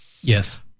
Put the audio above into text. Yes